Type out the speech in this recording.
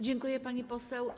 Dziękuję, pani poseł.